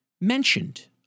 mentioned